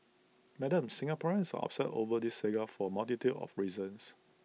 Madam Singaporeans are upset over this saga for A multitude of reasons